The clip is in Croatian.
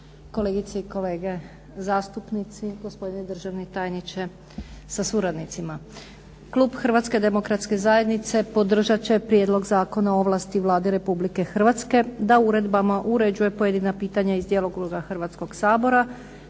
kolegice i kolege zastupnici, gospodine državni tajniče sa suradnicima. Klub Hrvatske demokratske zajednice podržat će Prijedlog zakona o ovlasti Vlade Republike Hrvatske da uredbama uređuje pojedina pitanja iz djelokruga Hrvatskog sabora